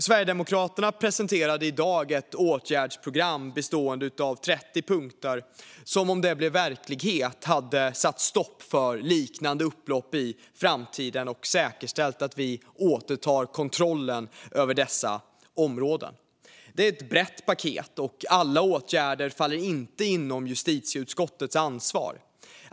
Sverigedemokraterna presenterade i dag ett åtgärdsprogram med 30 punkter som, om det blev verklighet, hade satt stopp för liknande upplopp i framtiden och säkerställt att vi återtar kontrollen över dessa områden. Det är ett brett paket, och alla åtgärder faller inte inom justitieutskottets ansvar.